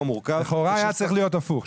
מורכב --- לכאורה היה צריך להיות הפוך,